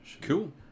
cool